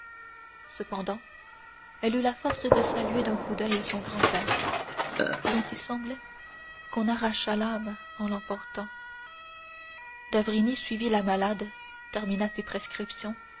cependant elle eut la force de saluer d'un coup d'oeil son grand-père dont il semblait qu'on arrachât l'âme en l'emportant d'avrigny suivit la malade termina ses prescriptions